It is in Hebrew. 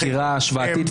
נעשה סקירה השוואתית,